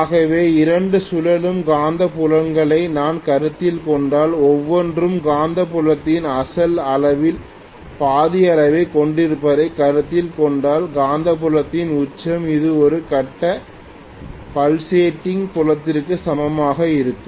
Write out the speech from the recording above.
ஆகவே இரண்டு சுழலும் காந்தப்புலங்களை நான் கருத்தில் கொண்டால் ஒவ்வொன்றும் காந்தப்புலத்தின் அசல் அளவின் பாதி அளவைக் கொண்டிருப்பதைக் கருத்தில் கொண்டால் காந்தப்புலத்தின் உச்சம் அது ஒரு கட்ட பல்சேட்டிங் புலத்திற்கு சமமாக இருக்கும்